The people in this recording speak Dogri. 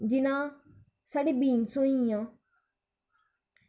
जि'यां साढ़ी बीन्स होइयां